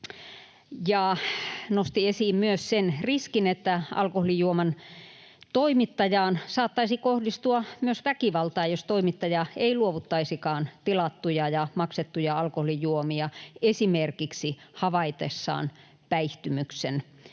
nosti esiin myös sen riskin, että alkoholijuoman toimittajaan saattaisi kohdistua myös väkivaltaa, jos toimittaja ei luovuttaisikaan tilattuja ja maksettuja alkoholijuomia esimerkiksi havaitessaan päihtymyksen